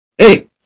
Hey